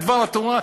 את דבר התורה.